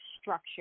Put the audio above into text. structure